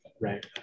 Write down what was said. Right